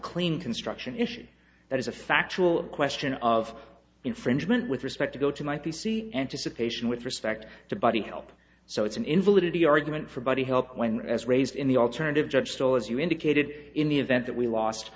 clean construction issue that is a factual question of infringement with respect to go to my p c anticipation with respect to body help so it's an invalidity argument for body help when as raised in the alternative judge still as you indicated in the event that we lost